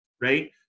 right